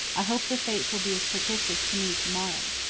i hope the fates will be as propitious to me to-morrow.